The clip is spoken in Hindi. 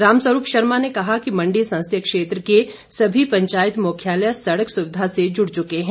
रामस्वरूप शर्मा ने कहा कि मंडी संसदीय क्षेत्र के सभी पंचायत मुख्यालय सड़क सुविधा से जुड़ चुके हैं